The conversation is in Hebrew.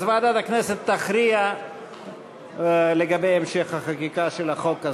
אז ועדת הכנסת תכריע לגבי המשך החקיקה של החוק הזה.